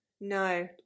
No